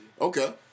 okay